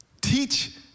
Teach